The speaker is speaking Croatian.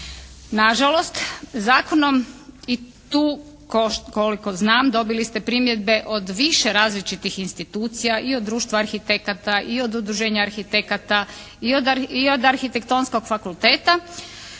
Na žalost, zakonom i tu koliko znam dobili ste primjedbe od više različitih institucija i od društva arhitekata i od udruženja arhitekata i od arhitektonskog fakulteta.